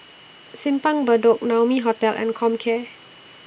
Simpang Bedok Naumi Hotel and Comcare